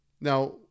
Now